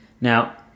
Now